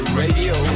radio